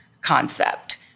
concept